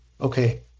Okay